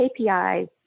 KPIs